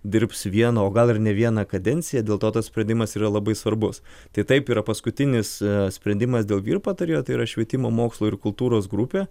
dirbs vieną o gal ir ne vieną kadenciją dėl to tas sprendimas yra labai svarbus tai taip yra paskutinis sprendimas dėl vyr patarėjo tai yra švietimo mokslo ir kultūros grupė